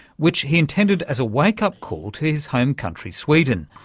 which he intended as a wake-up call to his home country sweden,